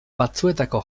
batzuetako